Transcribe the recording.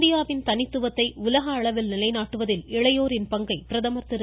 இந்தியாவின் தனித்துவத்தை உலக அளவில் நிலைநாட்டுவதில் இளையோரின் பங்கை பிரதமர் திரு